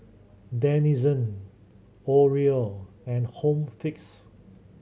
Denizen Oreo and Home Fix